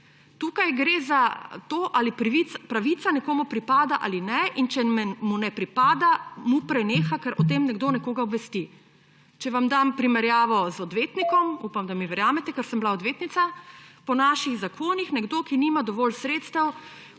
Tukaj gre za to, ali pravica nekomu pripada ali ne; in če mu ne pripada, mu preneha, ker o tem nekdo nekoga obvesti. Če vam dam primerjavo z odvetnikom, upam, da mi verjamete, ker sem bila odvetnica, po naših zakonih nekdo, ki nima dovolj sredstev,